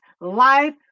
life